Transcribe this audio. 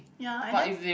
ya and then